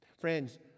Friends